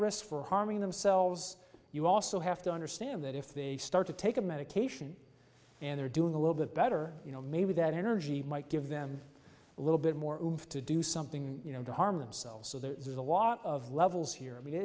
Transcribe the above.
risk for harming themselves you also have to understand that if they start to take a medication and they're doing a little bit better you know maybe that energy might give them a little bit more room to do something you know to harm themselves so there's a lot of levels here i